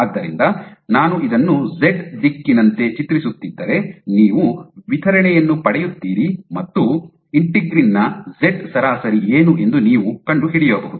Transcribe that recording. ಆದ್ದರಿಂದ ನಾನು ಇದನ್ನು ಝೆಡ್ - ದಿಕ್ಕಿನಂತೆ ಚಿತ್ರಿಸುತ್ತಿದ್ದರೆ ನೀವು ವಿತರಣೆಯನ್ನು ಪಡೆಯುತ್ತೀರಿ ಮತ್ತು ಇಂಟಿಗ್ರಿನ್ ನ ಝೆಡ್ ಸರಾಸರಿ ಏನು ಎಂದು ನೀವು ಕಂಡುಹಿಡಿಯಬಹುದು